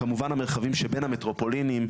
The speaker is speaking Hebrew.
כמובן המרחבים שבין המטרופולינים,